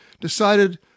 decided